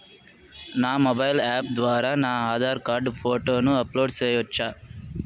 నా mobile app ద్వారా నా ఆధార్ కార్డు ఫోటోను అప్లోడ్ సేయొచ్చా?